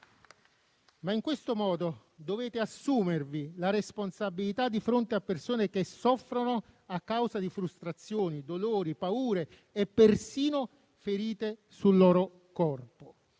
Ma in questo modo dovete assumervi la responsabilità di fronte a persone che soffrono a causa di frustrazioni, dolori, paure e persino ferite sul loro corpo.